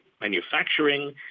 manufacturing